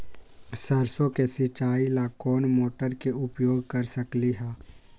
सरसों के सिचाई ला कोंन मोटर के उपयोग कर सकली ह?